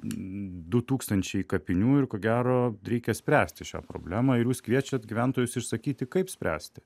du tūkstančiai kapinių ir ko gero reikia spręsti šią problemą ir jūs kviečiat gyventojus išsakyti kaip spręsti